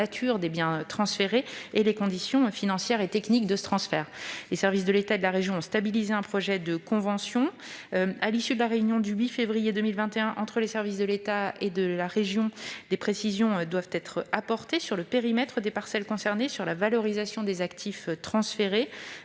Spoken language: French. des biens transférés et les conditions financières et techniques du transfert. Les services de l'État et de la région ont arrêté un projet de convention. Après la réunion qui s'est tenue le 8 février 2021 entre les services de l'État et ceux de la région, des précisions doivent encore être apportées sur le périmètre des parcelles concernées et sur la valorisation des actifs transférés